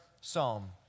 psalm